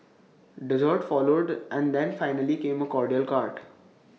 desserts followed and then finally came A cordial cart